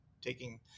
taking